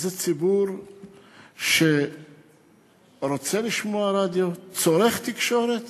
זה ציבור שרוצה לשמוע רדיו, צורך תקשורת,